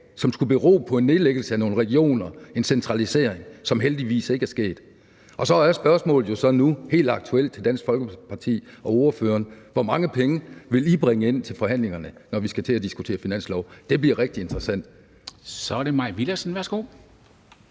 som skulle bero på en nedlæggelse af nogle regioner, en centralisering, som heldigvis ikke er sket. Så er spørgsmålet jo nu, helt aktuelt, til Dansk Folkeparti og ordføreren: Hvor mange penge vil I bringe ind til forhandlingerne, når vi skal til at diskutere finanslov? Det bliver rigtig interessant. Kl. 10:52 Formanden (Henrik